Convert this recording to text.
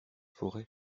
forêt